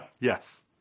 Yes